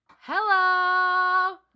Hello